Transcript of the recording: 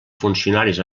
funcionaris